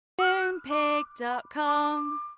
Moonpig.com